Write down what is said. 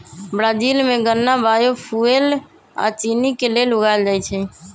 Brazil में गन्ना biofuel आ चिन्नी के लेल उगाएल जाई छई